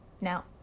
Now